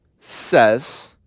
says